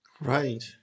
Right